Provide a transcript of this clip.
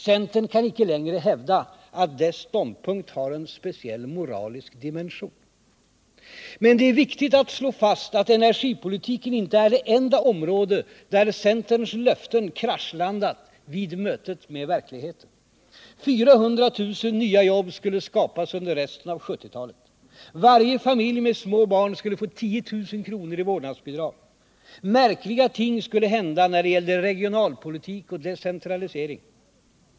Centern kan icke längre hävda att dess ståndpunkt har en speciell moralisk dimension. Men det är viktigt att slå fast att energipolitiken inte är det enda område där centerns löften kraschlandat vid mötet med verkligheten. 400 000 nya jobb skulle skapas under resten av 1970-talet. Varje familj med små barn skulle få 10000 kr. i vårdnadsbidrag. Märkliga ting skulle hända när det gällde regionalpolitik och decentralisering.